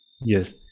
Yes